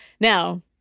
Now